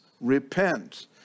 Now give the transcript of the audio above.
Repent